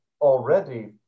already